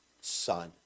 Son